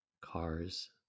Cars